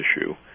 issue